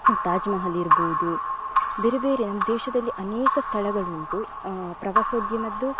ತಾಜ್ ಮಹಲ್ ಇರ್ಬೋದು ಬೇರೆ ಬೇರೆ ನಮ್ಮ ದೇಶದಲ್ಲಿ ಅನೇಕ ಸ್ಥಳಗಳುಂಟು ಪ್ರವಾಸೋದ್ಯಮದ್ದು